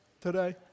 today